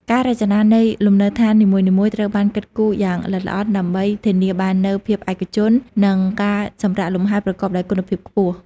ការរចនានៃលំនៅដ្ឋាននីមួយៗ ត្រូវបានគិតគូរយ៉ាងល្អិតល្អន់ ដើម្បីធានាបាននូវភាពឯកជន និងការសម្រាកលំហែប្រកបដោយគុណភាពខ្ពស់។